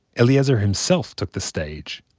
eliezer himself took the stage.